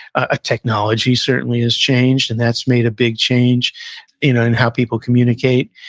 ah technology certainly has changed, and that's made a big change in ah in how people communicate.